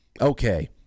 Okay